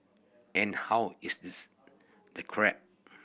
and how is this the crab